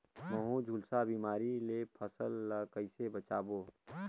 महू, झुलसा बिमारी ले फसल ल कइसे बचाबो?